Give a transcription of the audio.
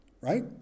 right